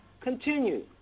continue